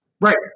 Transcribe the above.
Right